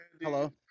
Hello